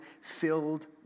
filled